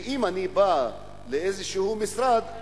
ואם אני בא לאיזשהו משרד,